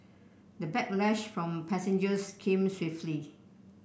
the backlash from passengers came swiftly